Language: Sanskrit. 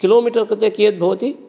किलो मीटर् कृते कियत् भवति